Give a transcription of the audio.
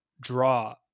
draw